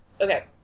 okay